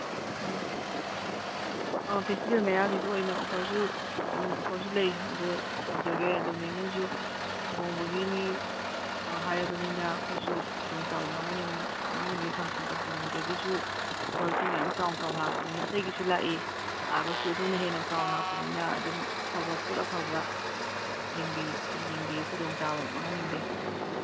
ꯎꯝ festival ꯃꯌꯥꯒꯤꯁꯨ ꯑꯣꯏꯅ ꯑꯣꯐꯔꯁꯨ ꯑꯣꯐꯔꯁꯨ ꯂꯩ ꯑꯗ ꯇꯧꯖꯒꯦ ꯃꯦꯝꯍꯣꯏꯁꯨ ꯂꯨꯍꯣꯡꯕꯒꯤꯅꯤ ꯍꯥꯏꯔꯕꯅꯤꯅ ꯑꯩꯈꯣꯏꯁꯨ ꯈꯨꯗꯣꯡꯆꯥꯕꯗꯨ ꯃꯥꯡꯍꯟꯅꯤꯡꯗꯦ ꯁꯝꯁꯨꯡ ꯀꯝꯄꯦꯅꯤꯗꯒꯤꯁꯨ ꯑꯣꯐꯔꯁꯨ ꯃꯌꯥꯝ ꯆꯥꯎ ꯆꯥꯎ ꯂꯥꯛꯄꯅꯤꯅ ꯑꯇꯩꯒꯤꯁꯨ ꯂꯥꯛꯏ ꯂꯥꯛꯑꯒꯁꯨ ꯑꯗꯨꯅ ꯍꯦꯟꯅ ꯆꯥꯎꯅ ꯂꯥꯛꯄꯅꯤꯅ ꯑꯗꯨꯝ ꯐꯕ ꯄꯣꯠ ꯑꯐꯕ ꯌꯦꯡꯕꯤꯌꯨ ꯈꯨꯗꯣꯡꯆꯥꯕ ꯃꯥꯡꯍꯟꯅꯤꯡꯗꯦ